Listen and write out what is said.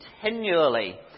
continually